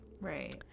right